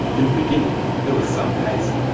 in the beginning there was some haste,